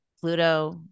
Pluto